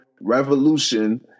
Revolution